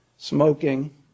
smoking